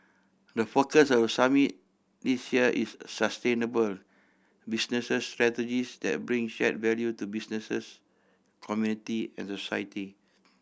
the focus of the summit this year is sustainable businesses strategies that bring share value to businesses community and society